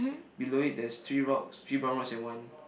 below it there is three rocks three brown rocks and one